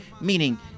Meaning